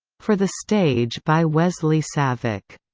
for the stage by wesley savick.